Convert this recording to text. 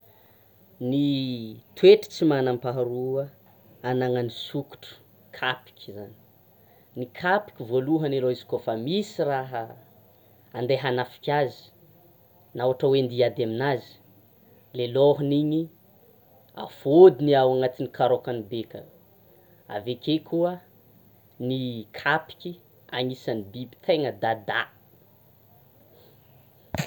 Ny toetry tsy manam-paharoa ananan'ny sokotra, kapiky zany, ny kapiky voalohany aloha izy koa fa misy raha andeha hanafika azy na ohatra hoe andeha hiady aminazy, ilay lohany iny afôdiny ao anatin'ny karaokany be aka, avekeo koa ny kapiky anisan'ny biby tegna dàdà!